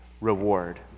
reward